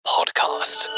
Podcast